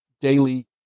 daily